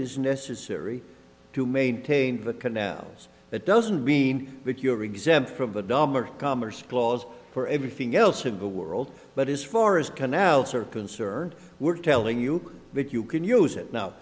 is necessary to maintain the canals that doesn't mean that you're exempt from the dom or commerce clause for everything else in the world but as far as canals are concerned we're telling you that you can use it now